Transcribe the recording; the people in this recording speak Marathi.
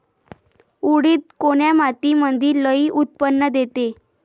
उडीद कोन्या मातीमंदी लई उत्पन्न देते?